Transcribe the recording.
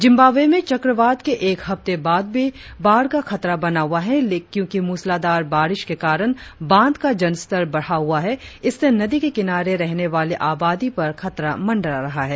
Zimbabwe में चक्रवात के एक हफ्ते बाद भी बाढ़ का खतरा बना हुआ है क्योंकि मुसलधारा बारिश के कारण बांध का जलस्तर बढ़ा हुआ है इससे नदी के किनारे रहने वाली आबादी पर खतरा मंडरा रहा है